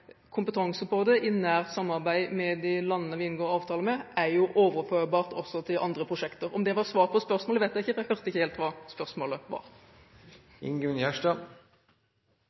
kompetanse på det i nært samarbeid med de landene vi inngår avtale med, er jo overførbart også til andre prosjekter. Om det var svar på spørsmålet, vet jeg ikke, for jeg hørte ikke helt hva spørsmålet var.